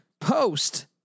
Post